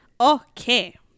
Okay